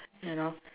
you know